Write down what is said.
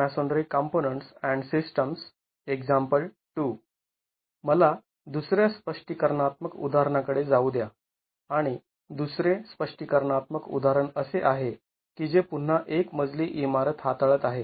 मला दुसऱ्या स्पष्टीकरणात्मक उदाहरणाकडे जाऊ द्या आणि दुसरे स्पष्टीकरणात्मक उदाहरण असे आहे की जे पुन्हा एक मजली इमारत हाताळत आहे